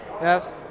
yes